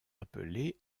appelé